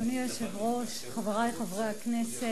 6247. אדוני היושב-ראש, חברי חברי הכנסת,